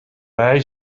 eyes